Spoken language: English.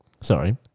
Sorry